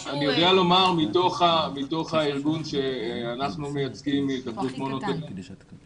אני יודע לומר מתוך הארגון שאנחנו מייצגים שכל מי